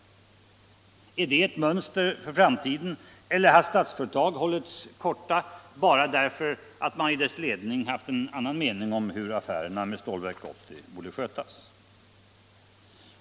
Är det ett mönster för framtiden eller har Statsföretag hållits kort bara därför att man i dess ledning haft en annan mening om hur affärerna med Stålverk 80 borde skötas?